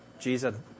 Jesus